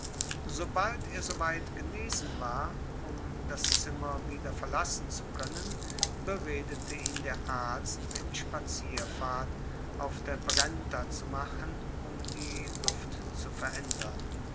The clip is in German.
sobald er soweit genesen war um das zimmer wieder verlassen zu können beredete ihn der arzt eine spazierfahrt auf der brenta zu machen um die luft zu verändern